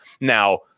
Now